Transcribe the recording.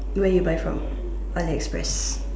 where you buy from Ali express